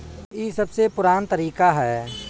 ई सबसे पुरान तरीका हअ